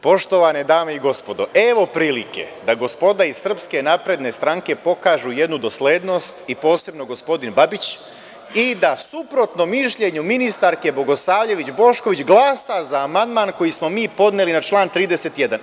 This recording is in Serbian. Poštovane dame i gospodo, evo prilike da gospoda iz SNS pokažu jednu doslednost i posebno gospodin Babić i da suprotno mišljenju ministarke Bogosavljević Bošković glasa za amandman koji smo mi podneli na član 31.